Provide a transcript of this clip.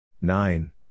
Nine